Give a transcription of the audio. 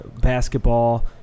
basketball